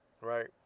right